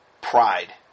Pride